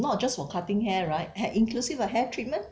not just for cutting hair right hair inclusive of hair treatment